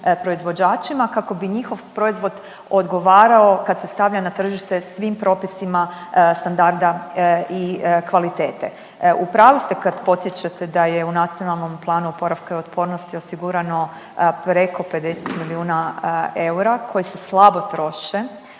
proizvođačima kako bi njihov proizvod odgovarao kad se stavlja na tržište svim propisima standarda i kvalitete. U pravu ste kad podsjećate da je u Nacionalnom planu oporavka i otpornosti osigurano preko 50 milijuna eura koji se slabo troše.